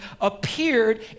appeared